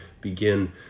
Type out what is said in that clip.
begin